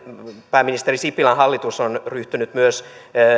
pääministeri sipilän hallitus on ryhtynyt myös